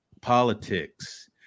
Politics